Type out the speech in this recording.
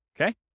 Okay